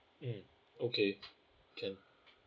mm okay can